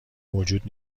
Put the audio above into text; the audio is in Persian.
موجود